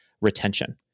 retention